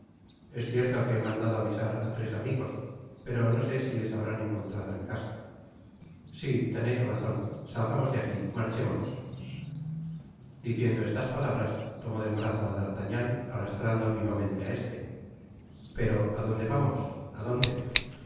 es cierto que he maudado avisar á tres amigos pero no sé si les habrán encontrado en casa sí teneis razon salgamos de aquí marchémonos diciendo estas palabras tomó del brazo á d'artagnan arrastrando vivamente á este pero á donde vamos á donde